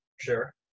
Sure